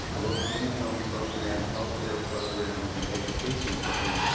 low-income program healthcare program, and education program.